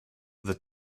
the